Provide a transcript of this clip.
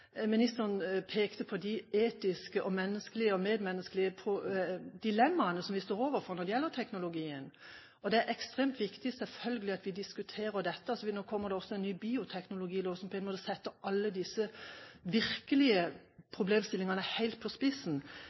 Ministeren pekte på de etiske, menneskelige og medmenneskelige dilemmaene som vi står overfor når det gjelder teknologien. Det er selvfølgelig ekstremt viktig at vi diskuterer dette, for nå kommer det en ny bioteknologilov, som på en måte setter alle de virkelige problemstillingene helt på spissen,